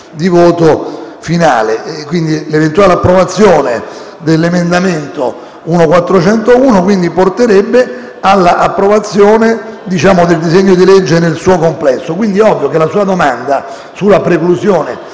di voto finali. L'eventuale approvazione dell'emendamento 1.401 porterebbe all'approvazione del disegno di legge nel suo complesso. Quindi, è ovvio che la sua domanda sulla preclusione